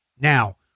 Now